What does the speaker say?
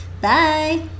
Bye